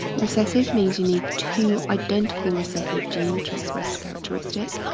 recessive means you need two identical recessive genes to express characteristic.